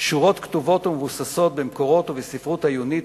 שורות כתובות ומבוססות במקורות ובספרות העיונית,